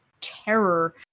terror